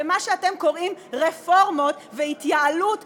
במה שאתם קוראים "רפורמות" ו"התייעלות";